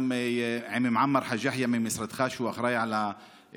גם עם עמר חאג' יחיא ממשרדך, שהוא אחראי לביטוחים.